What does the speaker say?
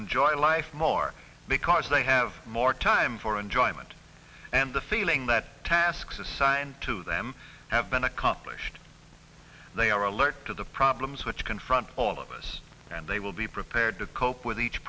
enjoy life more because they have more time for enjoyment and the feeling that tasks assigned to them have been accomplished they are alert to the problems which confront all of us and they will be prepared to cope with each